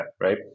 right